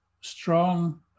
strong